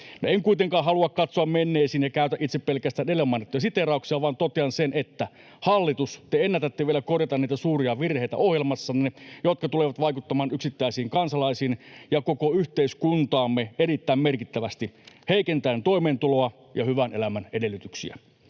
en kuitenkaan halua katsoa menneeseen ja käyttää itse pelkästään edellä mainittuja siteerauksia, vaan totean, että hallitus, te ennätätte vielä korjata niitä suuria virheitä ohjelmassanne, jotka tulevat vaikuttamaan yksittäisiin kansalaisiin ja koko yhteiskuntaamme erittäin merkittävästi heikentäen toimeentuloa ja hyvän elämän edellytyksiä.